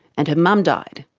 and her mum died.